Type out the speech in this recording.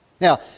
Now